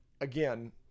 again